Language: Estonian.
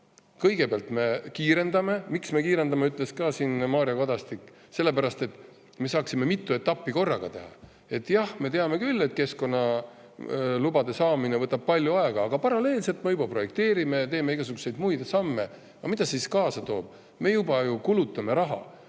Kõigepealt me kiirendame. Miks me kiirendame? Ka Mario Kadastik ütles, et sellepärast, et me saaksime mitu etappi korraga teha. Jah, me teame küll, et keskkonnalubade saamine võtab palju aega, aga paralleelselt me juba projekteerime ja teeme igasuguseid muid samme. Aga mida see kaasa toob? Me juba kulutame raha